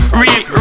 real